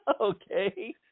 Okay